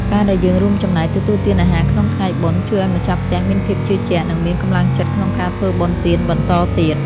ការដែលយើងរួមចំណែកទទួលទានអាហារក្នុងថ្ងៃបុណ្យ ជួយឱ្យម្ចាស់ផ្ទះមានភាពជឿជាក់ និងមានកម្លាំងចិត្តក្នុងការធ្វើបុណ្យទានបន្តទៀត។